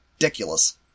ridiculous